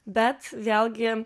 bet vėlgi